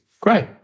great